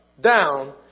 down